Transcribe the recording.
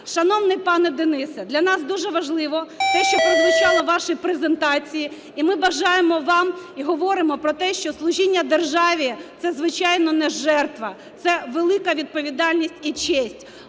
Шановний пане Денисе, для нас дуже важливо те, що прозвучало в вашій презентації. І ми бажаємо вам, і говоримо про те, що служіння державі – це, звичайно, не жертва, це велика відповідальність і честь.